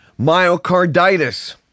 myocarditis